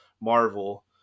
Marvel